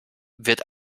wird